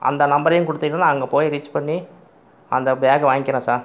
அந்த நம்பரையும் கொடுத்தீங்கன்னா நான் அங்கே போய் ரீச் பண்ணி அந்த பேகை வாங்கிக்கிறேன் சார்